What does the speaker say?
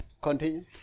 Continue